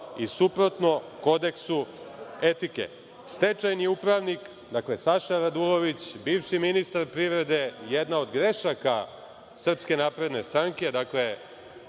i suprotno kodeksu etike. Stečajni upravnik, dakle Saša Radulović, bivši ministar privrede, jedna od grešaka SNS, dakle,